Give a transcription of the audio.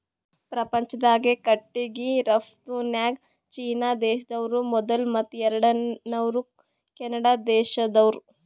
ಪ್ರಪಂಚ್ದಾಗೆ ಕಟ್ಟಿಗಿ ರಫ್ತುನ್ಯಾಗ್ ಚೀನಾ ದೇಶ್ದವ್ರು ಮೊದುಲ್ ಮತ್ತ್ ಎರಡನೇವ್ರು ಕೆನಡಾ ದೇಶ್ದವ್ರು